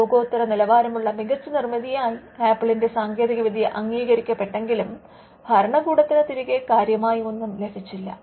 ലോകോത്തര നിലവാരമുള്ള മികച്ച നിർമ്മിതിയായി ആപ്പിളിന്റെ സാങ്കേതികവിദ്യ അംഗീകരിക്കപ്പെട്ടെങ്കിലും ഭരണകൂടത്തിന് തിരികെ കാര്യമായി ഒന്നും ലഭിച്ചില്ല